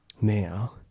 Now